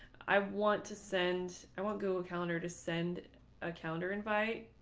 i want to send i won't go a calendar to send a calendar invite,